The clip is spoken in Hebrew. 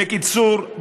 בקיצור,